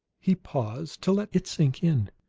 he paused to let it sink in.